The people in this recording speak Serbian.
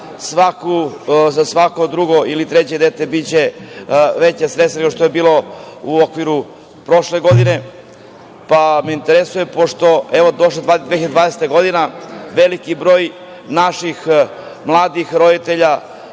za svako drugo ili treće dete biće veća sredstva, što je bilo u okviru prošle godine, pa me interesuje, pošto je došla 2020. godina, veliki broj naših mladih roditelja